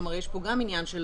כלומר, יש פה גם עניין של